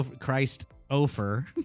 Christ-ofer